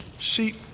See